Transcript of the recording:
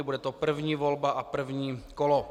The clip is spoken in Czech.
Bude to první volba a první kolo.